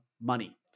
money